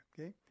okay